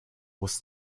was